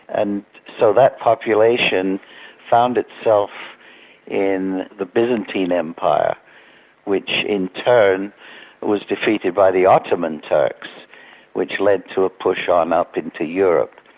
and so that population found itself in the byzantine empire which in turn was defeated by the ottoman turks which led to a push on up into europe.